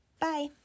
Bye